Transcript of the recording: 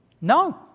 No